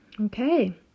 Okay